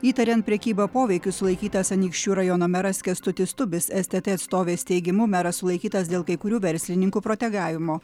įtariant prekyba poveikiu sulaikytas anykščių rajono meras kęstutis tubis stt atstovės teigimu meras sulaikytas dėl kai kurių verslininkų protegavimo